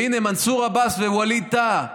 והינה מנסור עבאס ווליד טאהא.